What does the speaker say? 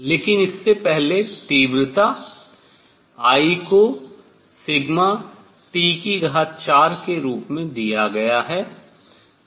लेकिन इससे पहले तीव्रता I को T4 के रूप में दिया गया है